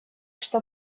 что